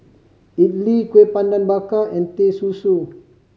idly Kuih Bakar Pandan and Teh Susu